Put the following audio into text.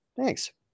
Thanks